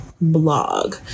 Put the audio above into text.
blog